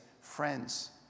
friends